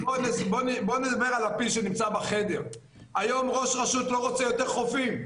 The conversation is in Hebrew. בואו נדבר על הפיל שנמצא בחדר: היום ראש רשות לא רוצה יותר חופים.